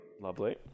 lovely